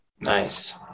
Nice